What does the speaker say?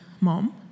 Mom